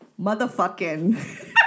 motherfucking